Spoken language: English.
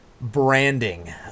branding